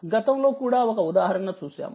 గతంలో కూడా ఒక ఉదాహరణ చూసాము